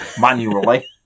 manually